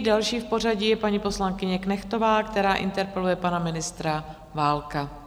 Další v pořadí je paní poslankyně Knechtová, která interpeluje pana ministra Válka.